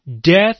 death